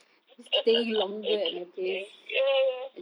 ya ya